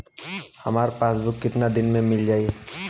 हमार पासबुक कितना दिन में मील जाई?